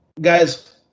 Guys